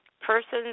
Persons